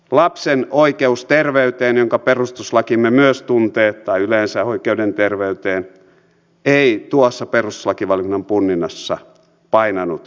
lapsen oikeus terveyteen jonka perustuslakimme myös tuntee tai yleensä oikeus terveyteen ei tuossa perustuslakivaliokunnan punninnassa painanut mitään